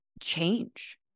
change